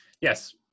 Yes